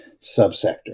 subsector